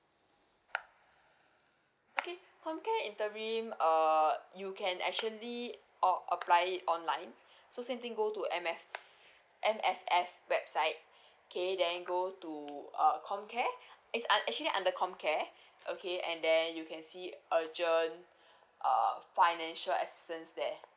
okay comcare interim err you can actually oh apply it online so same thing go to M F M_S_F website okay then go to uh comcare it's un~ actually under comcare okay and then you can see urgent uh financial assistance there